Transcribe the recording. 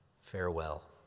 farewell